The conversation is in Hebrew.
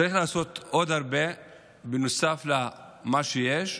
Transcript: צריך לעשות עוד הרבה נוסף על מה שיש.